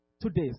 Today